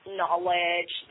knowledge